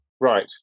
Right